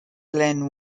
glen